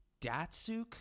Datsuk